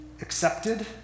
accepted